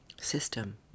system